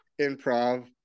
improv